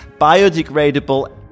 biodegradable